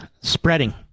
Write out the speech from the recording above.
spreading